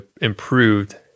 improved